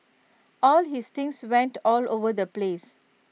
all his things went all over the place